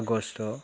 August